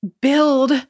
build